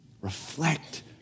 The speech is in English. Reflect